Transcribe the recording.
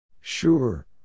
Sure